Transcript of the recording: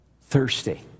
thirsty